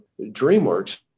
DreamWorks